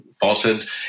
falsehoods